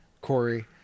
Corey